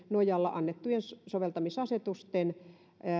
nojalla annettujen soveltamisasetusten